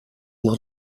lot